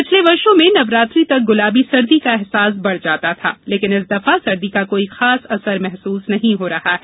पिछले वर्षों में नवरात्रि तक गुलाबी सर्दी का एहसास बढ़ जाता था लेकिन इस दफा सर्दी का कोई खास असर महसूस नहीं हो रहा है